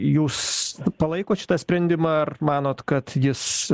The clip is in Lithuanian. jūs palaikot šitą sprendimą ar manot kad jis